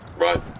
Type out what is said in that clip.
Right